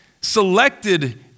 selected